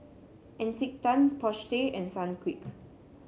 Encik Tan Porsche and Sunquick